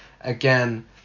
again